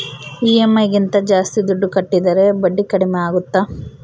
EMI ಗಿಂತ ಜಾಸ್ತಿ ದುಡ್ಡು ಕಟ್ಟಿದರೆ ಬಡ್ಡಿ ಕಡಿಮೆ ಆಗುತ್ತಾ?